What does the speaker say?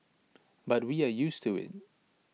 but we are used to IT